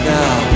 now